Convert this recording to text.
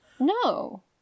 no